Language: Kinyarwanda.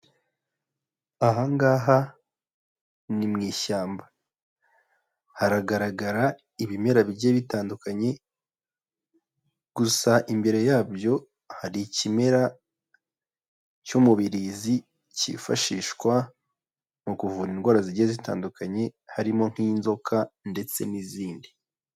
Ahangaha ni mu ishyamba. Haragaragara ibimera bigiye bitandukanye gusa imbere yabyo hari ikimera cy'umubirizi cyifashishwa mu kuvura indwara zigiye zitandukanye harimo nk'inzoka ndetse n'izindi.